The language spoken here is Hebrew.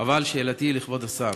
אבל שאלותי לכבוד השר: